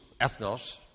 ethnos